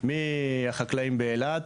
מהחקלאים באילת